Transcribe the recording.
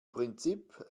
prinzip